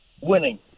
winning